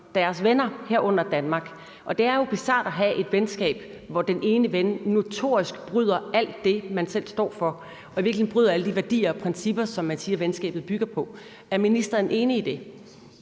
deres venner, herunder Danmark. Det er jo bizart at have et venskab, hvor den ene ven notorisk bryder alt det, man selv står for, og i virkeligheden bryder alle de værdier og principper, som man siger at venskabet bygger på. Er ministeren enig i det?